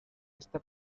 esta